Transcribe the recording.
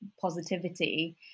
positivity